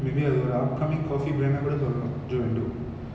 maybe அது ஒரு:athu oru outcoming coffee brand ah கூட சொல்லலாம்:kooda sollalam joe and dough